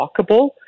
walkable